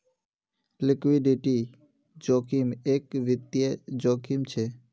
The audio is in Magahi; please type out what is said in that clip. लिक्विडिटी जोखिम एक वित्तिय जोखिम छे